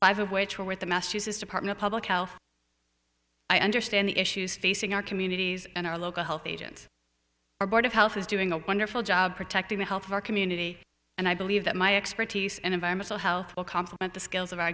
five of which were with the massachusetts department public health i understand the issues facing our communities and our local health agency our board of health is doing a wonderful job protecting the health of our community and i believe that my expertise and environmental health will complement the skills of our